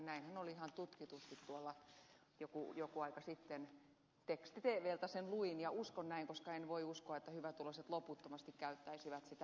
näinhän oli ihan tutkitusti tuolla joku aika sitten teksti tvstä sen luin ja uskon näin koska en voi uskoa että hyvätuloiset loputtomasti käyttäisivät sitä lisärahaa